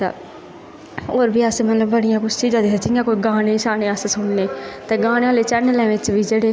ते होर बी अस मतलब बड़ियां चीज़ां करने जियां अस गाने करने ते गाने आह्ले चैनल बी जेह्ड़े